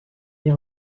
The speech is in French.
est